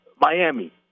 Miami